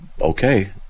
okay